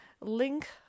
link